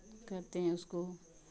कहते हैं उसको